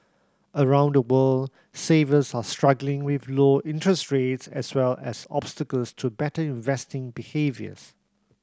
around the world savers are struggling with low interest rates as well as obstacles to better investing behaviours